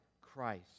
Christ